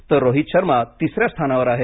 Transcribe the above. तर रोहित शर्मा तिसऱ्या स्थानावर आहे